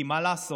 כי מה לעשות?